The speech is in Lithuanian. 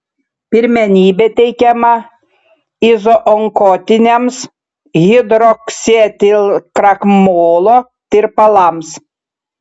pirmenybė teikiama izoonkotiniams hidroksietilkrakmolo tirpalams